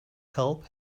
help